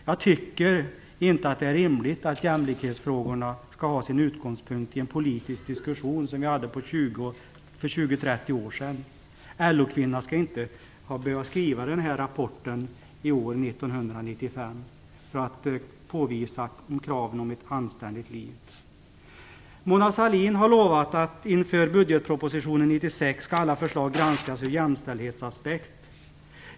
Jag tycker inte att det är rimligt att jämlikhetsfrågorna skall ha sin utgångspunkt i en politisk diskussion som vi hade för 20-30 år sedan. LO-kvinnorna skall inte behöva skriva en sådan här rapport år 1995 för att påvisa kraven om ett anständigt liv. Mona Sahlin har lovat att inför budgetpropositionen 1996 skall alla förslag granskas med en jämställdhetsaspekt.